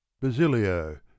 Basilio